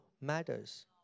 matters